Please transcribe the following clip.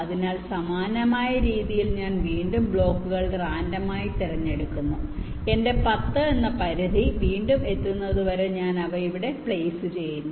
അതിനാൽ സമാനമായ രീതിയിൽ ഞാൻ വീണ്ടും ബ്ലോക്കുകൾ റാൻഡമായി തിരഞ്ഞെടുക്കുന്നു എന്റെ 10 എന്ന പരിധി വീണ്ടും എത്തുന്നതുവരെ ഞാൻ അവ ഇവിടെ പ്ലെയ്സ് ചെയ്യുന്നു